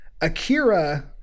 Akira